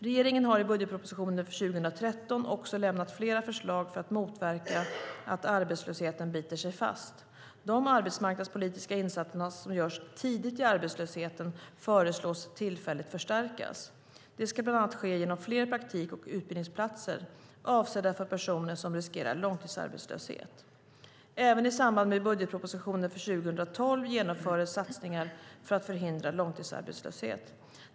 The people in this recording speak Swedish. Regeringen har i budgetpropositionen för 2013 också lämnat flera förslag för att motverka att arbetslösheten biter sig fast. De arbetsmarknadspolitiska insatser som görs tidigt i arbetslösheten föreslås tillfälligt förstärkas. Det ska bland annat ske genom fler praktik och utbildningsplatser avsedda för personer som riskerar långtidsarbetslöshet. Även i samband med budgetpropositionen för 2012 genomfördes satsningar för att förhindra långtidsarbetslöshet.